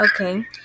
Okay